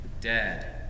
dead